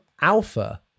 alpha